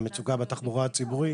למצוקה בתחבורה הציבורית,